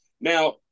Now